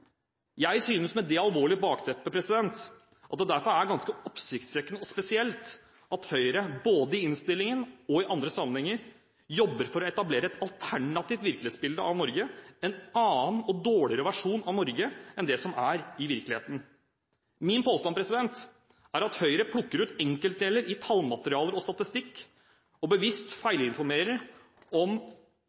jeg derfor det er ganske oppsiktsvekkende og spesielt at Høyre både i innstillingen og i andre sammenhenger jobber for å etablere et alternativt virkelighetsbilde av Norge, en annen og dårligere versjon av Norge enn det som er virkeligheten. Min påstand er at Høyre plukker ut enkeltdeler i tallmateriale og statistikk og bevisst feilinformerer om